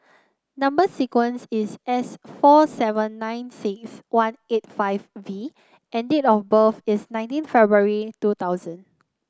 number sequence is S four seven nine six one eight five V and date of birth is nineteen February two thousand